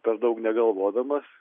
per daug negalvodamas